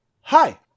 hi